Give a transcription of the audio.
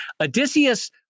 Odysseus